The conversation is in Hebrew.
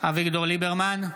אביגדור ליברמן,